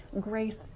grace